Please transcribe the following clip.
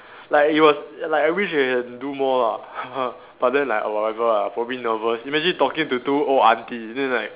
like it was like I wish we can do more ah but then like oh whatever ah probably nervous imagine talking to two old aunty then it's like